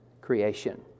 creation